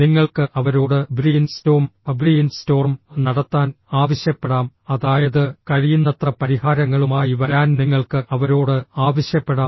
നിങ്ങൾക്ക് അവരോട് brain storm Brain storm നടത്താൻ ആവശ്യപ്പെടാം അതായത് കഴിയുന്നത്ര പരിഹാരങ്ങളുമായി വരാൻ നിങ്ങൾക്ക് അവരോട് ആവശ്യപ്പെടാം